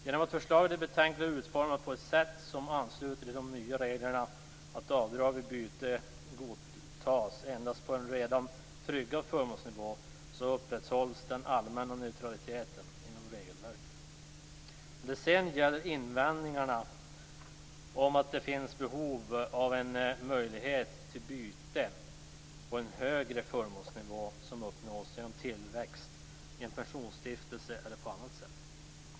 Genom att förslaget i betänkandet är utformat på ett sätt som ansluter till de nya reglerna om att avdrag vid byte godtas endast på en redan tryggad förmånsnivå upprätthålls den allmänna neutraliteten inom regelverket. Sedan gäller det invändningarna att det finns behov av en möjlighet till byte på en högre förmånsnivå som uppnås genom tillväxt i en pensionsstiftelse eller på annat sätt.